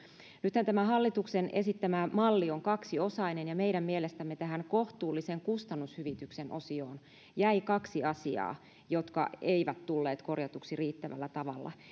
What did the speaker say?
nythän tämä hallituksen esittämä malli on kaksiosainen ja meidän mielestämme tähän kohtuullisen kustannushyvityksen osioon jäi kaksi asiaa jotka eivät tulleet korjatuiksi riittävällä tavalla